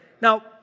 Now